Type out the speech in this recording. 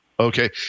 Okay